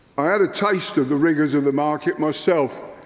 i had a taste of the rigours of the market myself.